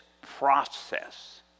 process